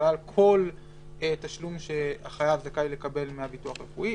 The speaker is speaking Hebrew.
שכלל כל תשלום שהחייב זכאי לקבל מהביטוח הרפואי,